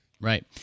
Right